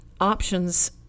options